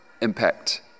impact